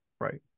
right